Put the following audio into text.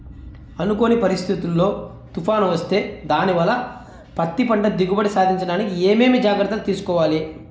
అనుకోని పరిస్థితుల్లో తుఫాను వస్తే దానివల్ల పత్తి పంట దిగుబడి సాధించడానికి ఏమేమి జాగ్రత్తలు తీసుకోవాలి?